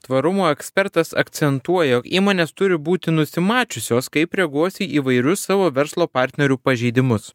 tvarumo ekspertas akcentuoja jog įmonės turi būti nusimačiusios kaip reaguos į įvairius savo verslo partnerių pažeidimus